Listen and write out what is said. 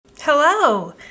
Hello